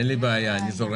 אין לי בעיה, אני זורם.